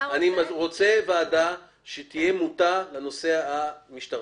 אני רוצה ועדה שתהיה מוטה לנושא המשטרתי.